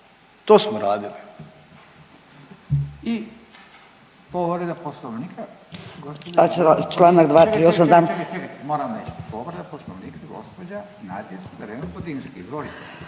To smo radili.